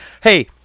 Hey